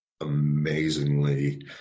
amazingly